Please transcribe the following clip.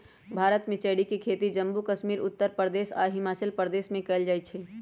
भारत में चेरी के खेती जम्मू कश्मीर उत्तर प्रदेश आ हिमाचल प्रदेश में कएल जाई छई